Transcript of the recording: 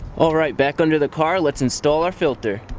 all right back under the car, let's install our filter.